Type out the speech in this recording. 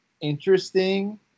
Interesting